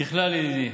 ככלל, ידידי,